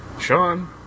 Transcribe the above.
Sean